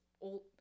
old